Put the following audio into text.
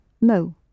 no